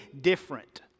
different